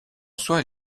soit